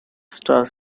star